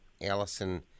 Allison